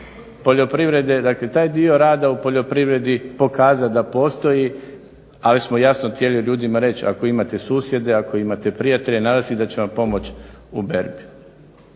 poljoprivrede, dakle taj dio rada u poljoprivredi pokazat da postoji, ali smo jasno htjeli ljudima reć, ako imate susjede, ako imate prijatelje nadam se da će vam pomoć u berbi.